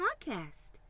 podcast